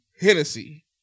Hennessy